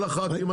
על הח"כים,